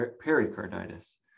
pericarditis